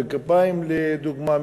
בגפיים לדוגמה,